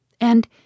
And